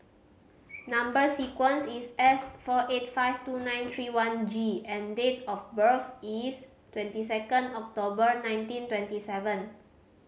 number sequence is S four eight five two nine three one G and date of birth is twenty second October nineteen twenty seven